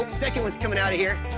like second one's coming out of here.